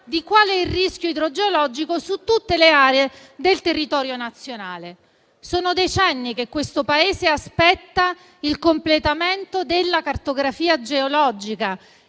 di qual è il rischio idrogeologico su tutte le aree del territorio nazionale. Sono decenni che il Paese aspetta il completamento della cartografia geologica